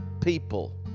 people